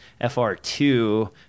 FR2